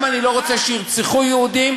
גם אני לא רוצה שירצחו יהודים,